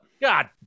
God